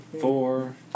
Four